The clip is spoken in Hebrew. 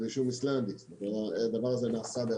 ברישום איסלנדי, זאת אומרת הדבר הזה נעשה.